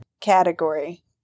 category